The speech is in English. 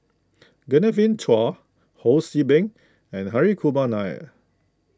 Genevieve Chua Ho See Beng and Hri Kumar Nair